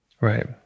Right